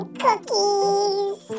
cookies